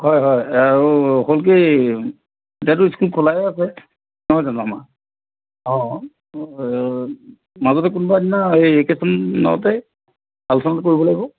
হয় হয় আৰু হ'ল কি যিহেতু স্কুল খোলাই আছে নহয় জানো আমাৰ অঁ মাজতে কোনবা দিনা এই এইকেইদিনতে আলোচনাটো কৰিব লাগিব